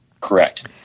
Correct